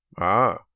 Ah